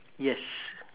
yes